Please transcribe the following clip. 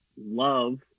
love